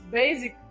basic